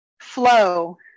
flow